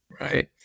Right